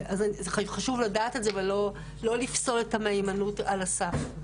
חשוב לדעת את זה ולא לפסול את המהימנות על הסף.